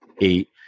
eight